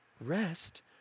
Rest